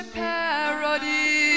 parody